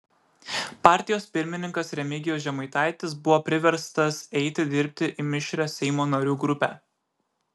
partijos pirmininkas remigijus žemaitaitis buvo priverstas eiti dirbti į mišrią seimo narių grupę